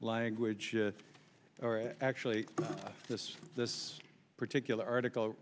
language actually this this particular article